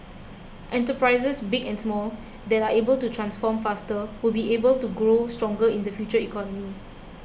enterprises big and small that are able to transform faster will be able to grow stronger in the future economy